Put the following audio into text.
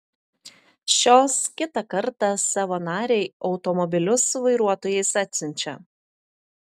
šios kitą kartą savo narei automobilius su vairuotojais atsiunčia